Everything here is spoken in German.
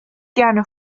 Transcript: gerne